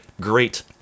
great